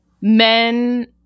Men